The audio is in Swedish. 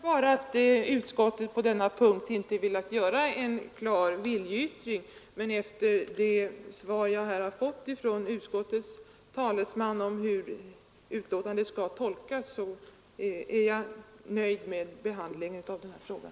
Herr talman! Jag beklagar att utskottet på denna punkt inte velat göra en klar viljeyttring, men efter det svar jag har fått från utskottets talesman om hur betänkandet skall tolkas är jag nöjd med behandlingen av den här frågan.